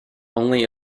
only